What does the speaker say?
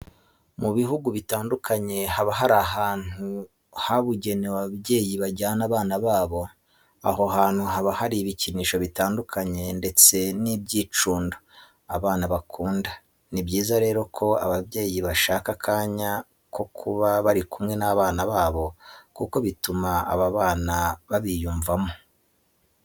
Mu bihugu bitandukanye haba hari ahantu habugenewe ababyeyi bajana abana babo. Aho hantu haba hari ibikinisho bitandukanye ndetse n'ibyicundo abana bakunda. Ni byiza rero ko ababyeyi bashaka akanya ko kuba bari kumwe n'abna babo kuko bituma aba bana babiyumvamo.